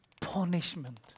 punishment